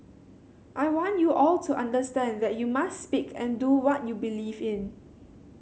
I want you all to understand that you must speak and do what you believe in